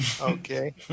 Okay